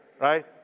right